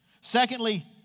Secondly